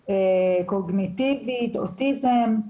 קוגנטיבית, אוטיזם.